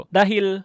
dahil